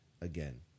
again